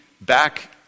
back